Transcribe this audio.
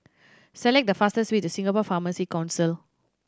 select the fastest way to Singapore Pharmacy Council